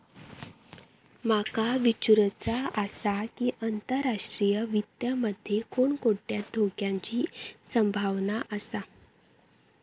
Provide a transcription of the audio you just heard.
माका विचारुचा आसा की, आंतरराष्ट्रीय वित्त मध्ये कोणकोणत्या धोक्याची संभावना आसा?